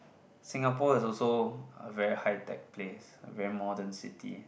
Singapore is also a very high tech place a very modern city